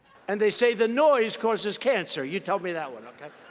and they say the noise causes cancer. you tell me that one, okay?